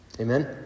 Amen